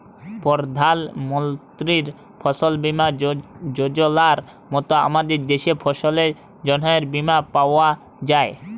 পরধাল মলতির ফসল বীমা যজলার মত আমাদের দ্যাশে ফসলের জ্যনহে বীমা পাউয়া যায়